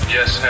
Yes